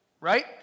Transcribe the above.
right